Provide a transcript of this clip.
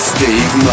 Steve